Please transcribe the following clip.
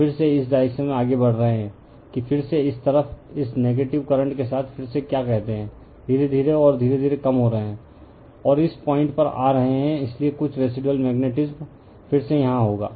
और फिर से इस डायरेक्शन में आगे बढ़ रहे हैं कि फिर से इस तरफ इस नेगेटिव करंट के साथ फिर से क्या कहते हैं धीरे धीरे और धीरे धीरे कम हो रहे हैं और इस पॉइंट पर आ रहे हैं इसलिए कुछ रेसिदुअल मेग्नेटीसम फिर से यहां होगा